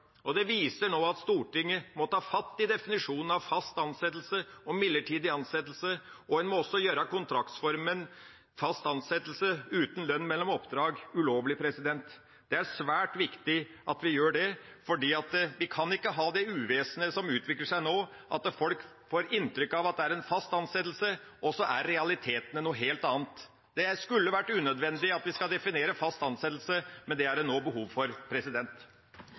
oppdrag. Det viser nå at Stortinget må ta fatt i definisjonen av «fast ansettelse» og «midlertidig ansettelse», og en må også gjøre kontraktsformen fast ansettelse uten lønn mellom oppdrag ulovlig. Det er svært viktig at vi gjør det, for vi kan ikke ha det uvesenet som utvikler seg nå, at folk får inntrykk av at det er en fast ansettelse, og så er realitetene noe helt annet. Det skulle vært unødvendig at vi skal definere fast ansettelse, men det er det nå behov for.